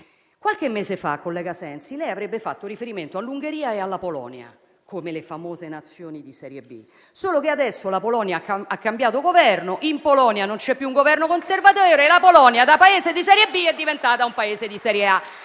Qualche mese fa, collega Sensi, lei avrebbe fatto riferimento all'Ungheria e alla Polonia come le famose Nazioni di serie B, solo che adesso la Polonia ha cambiato Governo, in Polonia non c'è più un Governo conservatore e la Polonia da Paese di serie B è diventata un Paese di serie A.